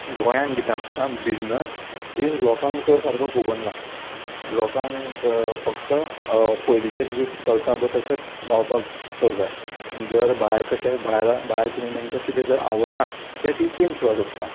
गोंयान कितें आसता बिजनस इज लोकांक चड सारको खोबोर ना लोकांक फक्त पयलींच्या कितें चलता पळय तशेंच रावपाक चड जाय जर भायर कशें भायर भायर कितें तांकां कितें जर आवडना तें ती चेंज करपा सोदता